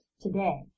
today